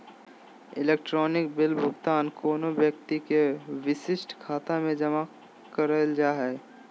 electronic bill भुगतान कोनो व्यक्ति के विशिष्ट खाता में जमा करल जा हइ